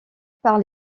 par